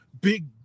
big